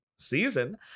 season